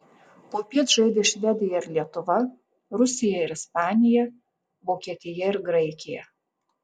popiet žaidė švedija ir lietuva rusija ir ispanija vokietija ir graikija